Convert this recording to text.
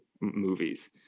movies